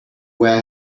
where